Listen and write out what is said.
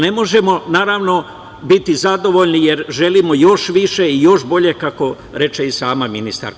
Ne možemo naravno biti zadovoljni, jer želimo još više i još bolje, kako reče i sama ministarka.